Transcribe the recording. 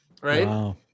right